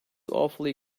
awfully